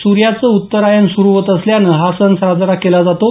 सुर्याचं उत्तरायण सुरु होत असल्यानं हा सण साजरा केला जातो